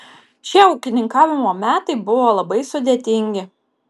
šie ūkininkavimo metai buvo labai sudėtingi